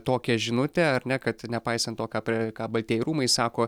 tokią žinutę ar ne kad nepaisant to ką ką baltieji rūmai sako